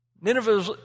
Nineveh